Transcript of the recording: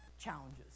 challenges